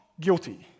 guilty